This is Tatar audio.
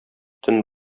төн